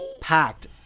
packed